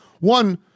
One